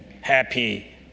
happy